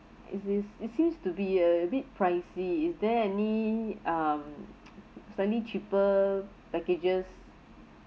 it sees it seems to be a bit pricey is there any um slightly cheaper packages